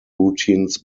routines